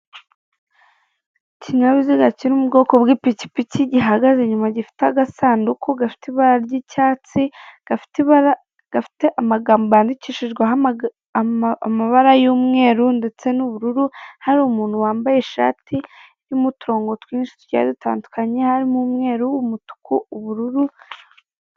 Ikinyabiziga cyiri mu bwoko bw'ipikipiki, gihagaze inyuma gifite agasanduku gafite ibara ry'icyatsi, gafite amagambo yandikishijwe amabara y'umweru ndetse n'ubururu, hari umuntu wambaye ishati irimo uturongo twinshi tugiye dutandukanye harimo umweru, umutuku, ubururu.